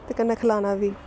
ते कन्नै खलाना बी